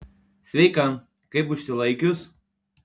sveika kaip užsilaikius